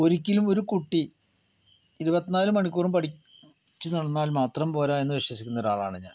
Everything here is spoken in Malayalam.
ഒരിക്കലും ഒരു കുട്ടി ഇരുപത്തിനാല് മണിക്കൂറും പഠിച്ച് നടന്നാൽ മാത്രം പോരാ എന്ന് വിശ്വസിക്കുന്ന ഒരാളാണ് ഞാൻ